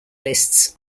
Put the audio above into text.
lists